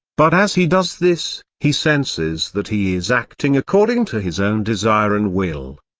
but as he does this, he senses that he is acting according to his own desire and will.